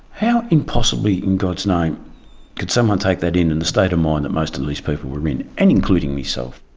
how possibly in god's name could someone take that in in the state of mind that most and of these people were in, and including myself?